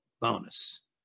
bonus